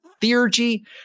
theurgy